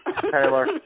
Taylor